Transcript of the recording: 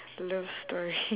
love story